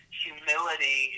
humility